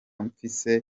mfise